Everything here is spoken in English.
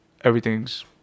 everything's